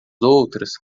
outras